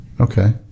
okay